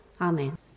Amen